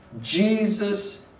Jesus